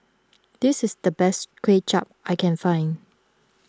this is the best Kuay Chap I can find